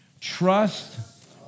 Trust